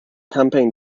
campaign